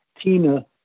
Tina